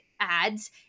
ads